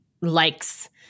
likes –